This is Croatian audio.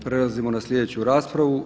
Prelazimo na sljedeću raspravu.